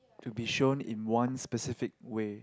to be shown in one specific way